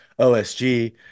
OSG